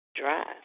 Drive